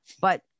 but-